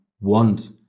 want